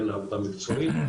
אין עבודה מקצועית,